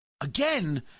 Again